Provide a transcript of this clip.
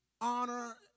honor